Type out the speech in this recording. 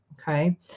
okay